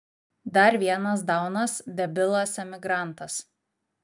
dar vienas daunas debilas emigrantas